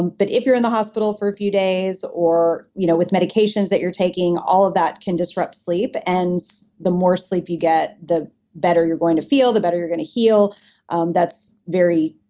but if you're in the hospital for a few days or you know with medications that you're taking, all of that can disrupt sleep, and the more sleep you get, the better you're going to feel, the better you're going to heal um that's very,